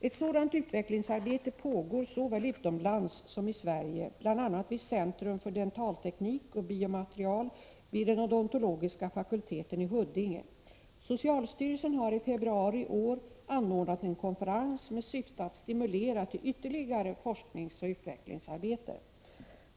Ett sådant utvecklingsarbete pågår såväl utomlands som i Sverige, bl.a. vid Centrum för dentalteknik och biomaterial vid den odontologiska fakulteten i Huddinge. Socialstyrelsen har i februari i år anordnat en konferens med syfte att stimulera till ytterligare forskningsoch utvecklingsarbete.